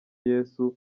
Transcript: yesu